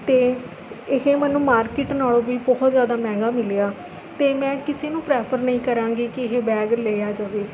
ਅਤੇ ਇਹ ਮੈਨੂੰ ਮਾਰਕਿਟ ਨਾਲੋਂ ਵੀ ਬਹੁਤ ਜ਼ਿਆਦਾ ਮਹਿੰਗਾ ਮਿਲਿਆ ਅਤੇ ਮੈਂ ਕਿਸੀ ਨੂੰ ਪ੍ਰੈਫ਼ਰ ਨਹੀਂ ਕਰਾਂਗੀ ਕਿ ਇਹ ਬੈਗ ਲਿਆ ਜਾਵੇ